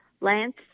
Lance